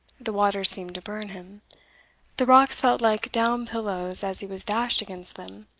the water seemed to burn him the rocks felt like down pillows as he was dashed against them